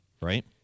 right